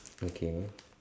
okay